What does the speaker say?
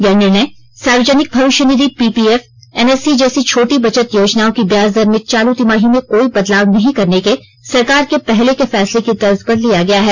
यह निर्णय सार्वजनिक भविष्य निधि पीपीएफ एनएससी जैसी छोटी बचत योजनाओं की व्याज दर में चालू तिमाही में कोई बदलाव नहीं करने के सरकार के पहले के फैसले की तर्ज पर लिया गया है